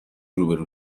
روبرو